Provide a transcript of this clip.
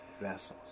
vessels